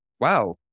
wow